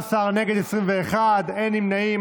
בעד, 19, נגד, 21, אין נמנעים.